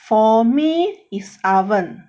for me is oven